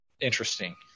interesting